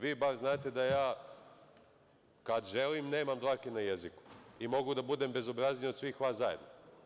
Vi bar znate da ja, kad želim, nemam dlake na jeziku i mogu da budem bezobrazniji od svih vas zajedno.